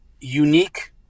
unique